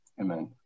Amen